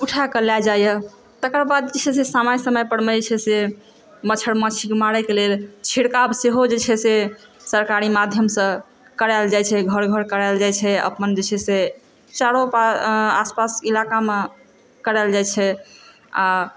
उठाकऽ लए जाइया तकर बाद जे छै से समय समयपर जे छै से मच्चछर माछीकेँ मारैके लेल छिड़काव सेहो जे छै से सरकारी माध्यमसँ करायल जाइ छै घर घर करायल जाइ छै अपन जे छै से चारो आसपास इलाकामे करायल जाइ छै आ